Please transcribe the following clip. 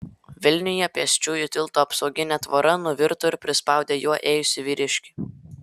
vilniuje pėsčiųjų tilto apsauginė tvora nuvirto ir prispaudė juo ėjusį vyriškį